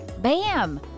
Bam